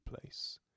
place